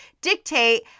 dictate